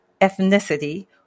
ethnicity